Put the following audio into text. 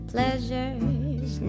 Pleasure's